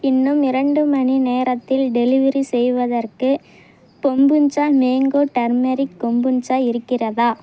இன்னும் இரண்டு மணி நேரத்தில் டெலிவெரி செய்வதற்கு பொம்புன்ச்சா மேங்கோ டர்மரிக் கொம்புன்ச்சா இருக்கிறதா